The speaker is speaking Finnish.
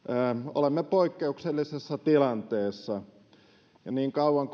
olemme poikkeuksellisessa tilanteessa ja niin kauan